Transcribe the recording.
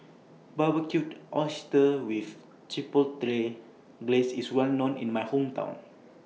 Barbecued Oysters with Chipotle Glaze IS Well known in My Hometown